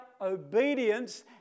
obedience